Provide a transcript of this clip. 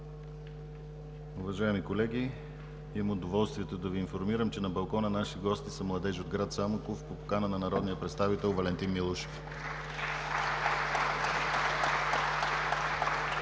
Уважаеми колеги, имам удоволствието да Ви информирам, че на Балкона наши гости са младежи от град Самоков, по покана на народния представител Валентин Милушев.